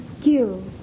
skill